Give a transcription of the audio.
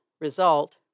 Result